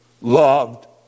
loved